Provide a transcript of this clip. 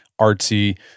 artsy